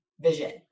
vision